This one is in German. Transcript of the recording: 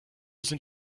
sind